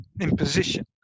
imposition